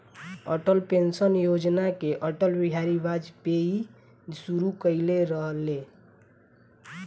Atal pension योजना के अटल बिहारी वाजपयी शुरू कईले रलें